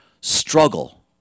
struggle